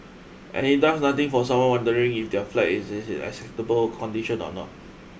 and it does nothing for someone wondering if their flat is is in acceptable condition or not